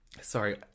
Sorry